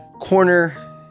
corner